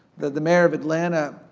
the the mayor of atlanta,